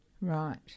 Right